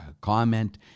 comment